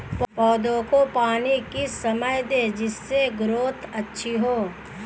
पौधे को पानी किस समय दें जिससे ग्रोथ अच्छी हो?